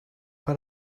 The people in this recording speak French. pas